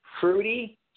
Fruity